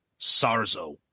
Sarzo